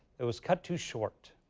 it was cut too short.